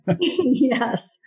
Yes